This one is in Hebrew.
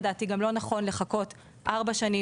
לדעתי זה לא נכון לחכות ארבע שנים,